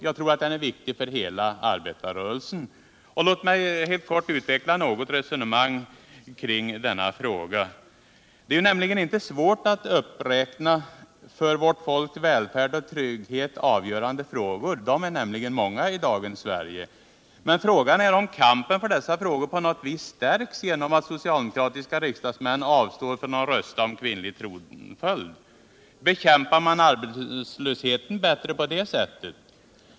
Jag tror den är viktig för hela arbetarrörelsen. Låt mig helt kort utveckla ett resonemang kring den frågan. Det är inte svårt att räkna upp ”för vårt folks välfärd och trygghet avgörande frågor”. De är nämligen många i dagens Sverige. Men frågan är om kampen för dessa frågor på något vis stärks genom att socialdemokratiska riksdagsmän avstår från att rösta om kvinnlig tronföljd. Bekämpar man arbetslösheten bättre på det sättet?